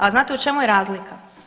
A znate u čemu je razlika?